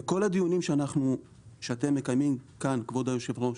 וכל הדיונים שאתם מקיימים כאן, כבוד יושב הראש,